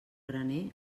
graner